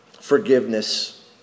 Forgiveness